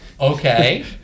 Okay